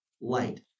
light